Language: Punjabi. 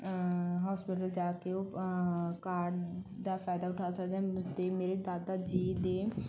ਹੋਸਪੀਟਲ ਜਾ ਕੇ ਉਹ ਕਾਰਡ ਦਾ ਫਾਇਦਾ ਉਠਾ ਸਕਦੇ ਹਾਂ ਅਤੇ ਮੇਰੇ ਦਾਦਾ ਜੀ ਦੇ